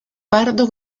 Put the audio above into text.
pardo